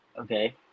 okay